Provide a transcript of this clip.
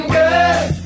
good